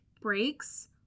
breaks